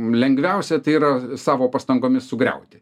lengviausia tai yra savo pastangomis sugriauti